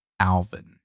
Alvin